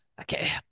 Okay